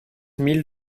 mille